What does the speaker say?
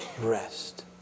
rest